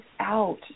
out